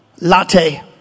latte